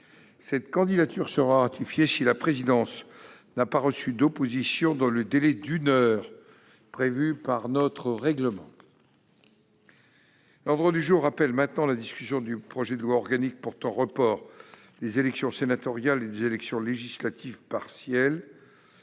Cette candidature sera ratifiée si la présidence n'a pas reçu d'opposition dans le délai d'une heure prévu par notre règlement. L'ordre du jour appelle la discussion du projet de loi organique portant report des élections sénatoriales et des élections législatives partielles